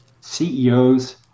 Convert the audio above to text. ceos